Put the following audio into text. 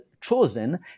chosen